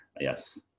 Yes